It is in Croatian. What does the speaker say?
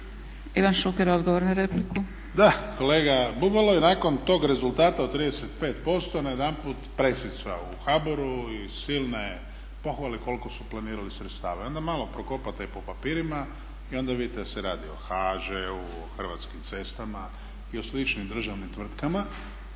**Šuker, Ivan (HDZ)** Da, kolega Bubalo i nakon tog rezultata od 35% najedanput pressica u HBOR-u i silne pohvale koliko su planirali sredstava. I onda malo prokopate po papirima i onda vidite da se radi o HŽ-u, o Hrvatskim cestama i o sličnim državnim tvrtkama,